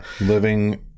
living